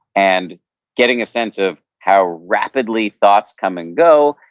and getting a sense of how rapidly thoughts come and go,